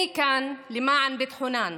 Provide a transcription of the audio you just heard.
אני כאן למען ביטחונן,